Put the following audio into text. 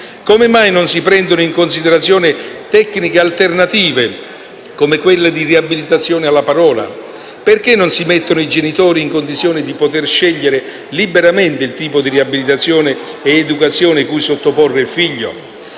Come mai non si prendono in considerazione tecniche alternative come quelle di riabilitazione alla parola? Perché non si mettono i genitori in condizione di poter scegliere liberamente il tipo di riabilitazione ed educazione cui sottoporre il figlio?